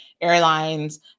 airlines